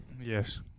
Yes